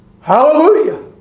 Hallelujah